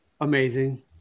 amazing